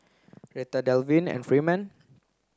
Retta Delvin and Freeman